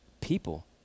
People